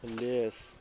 lays